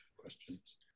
questions